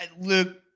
Luke